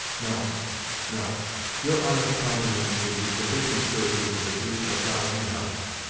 no no your honest countenance would be sufficient surety for the truth of a thousand hearts!